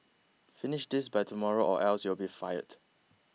finish this by tomorrow or else you'll be fired